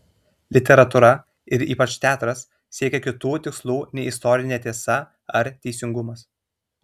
literatūra ir ypač teatras siekia kitų tikslų nei istorinė tiesa ar teisingumas